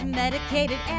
medicated